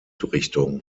richtung